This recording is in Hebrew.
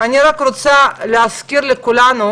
אני רק רוצה להזכיר לכולנו,